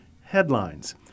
Headlines